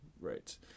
Right